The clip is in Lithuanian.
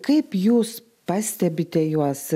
kaip jūs pastebite juos